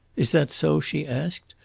is that so? she asked.